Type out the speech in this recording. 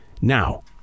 Now